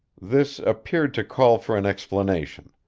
this appeared to call for an explanation.